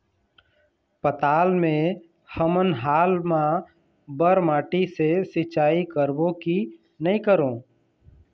पताल मे हमन हाल मा बर माटी से सिचाई करबो की नई करों?